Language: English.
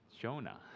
Jonah